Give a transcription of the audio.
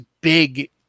big